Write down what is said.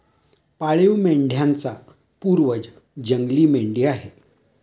पाळीव मेंढ्यांचा पूर्वज जंगली मेंढी आहे